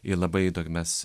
į labai įdogmias